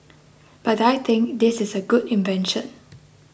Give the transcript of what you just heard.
but I think this is a good invention